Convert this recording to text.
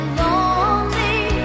lonely